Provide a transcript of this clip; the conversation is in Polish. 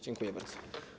Dziękuję bardzo.